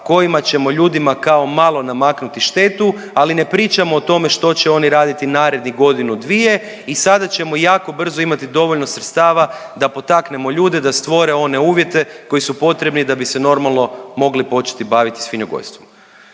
kojima ćemo ljudima kao malo namaknuti štetu, ali ne pričamo o tome što će oni raditi narednih godinu dvije i sada ćemo jako brzo imati dovoljno sredstava da potaknemo ljude da stvore one uvjete koji su potrebni da bi se normalno mogli početi baviti svinjogojstvom.